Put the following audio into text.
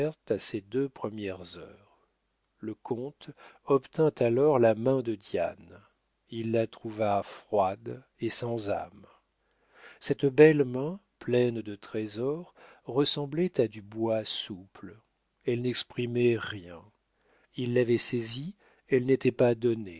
à ces deux premières heures le comte obtint alors la main de diane il la trouva froide et sans âme cette belle main pleine de trésors ressemblait à du bois souple elle n'exprimait rien il l'avait saisie elle n'était pas donnée